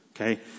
Okay